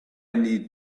need